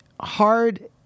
hard